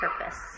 purpose